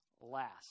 last